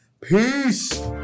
Peace